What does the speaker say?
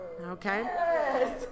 Okay